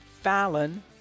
Fallon